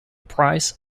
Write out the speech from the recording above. price